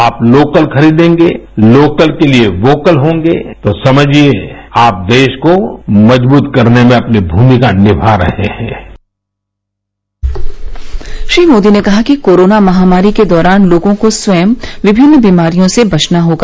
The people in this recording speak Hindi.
आप लोकल खरीदेंगे लोकल के लिए वोकल होंगे तो समझिए आप देश को मजबूत करने में अपनी भूमिका निभा रहे हैं श्री मोदी ने कहा कि कोरोना महामारी के दौरान लोगों को स्वयं विभिन्न बीमारियों से बचना होगा